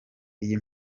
iyi